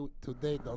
today